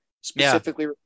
specifically